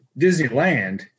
Disneyland